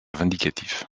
vindicatif